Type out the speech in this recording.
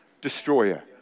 destroyer